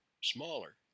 smaller